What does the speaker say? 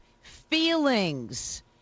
feelings